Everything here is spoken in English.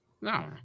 No